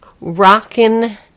rockin